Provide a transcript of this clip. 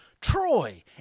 Troy